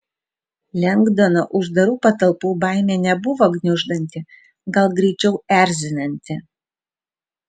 lengdono uždarų patalpų baimė nebuvo gniuždanti gal greičiau erzinanti